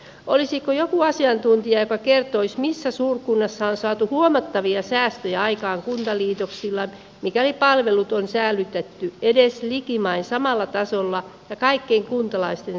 olisiko joku asiantuntija joka kertoisi missä suurkunnassa on saatu huomattavia säästöjä aikaan kuntaliitoksilla mikäli palvelut on säilytetty edes likimain samalla tasolla ja kaikkien kuntalaisten saavutettavissa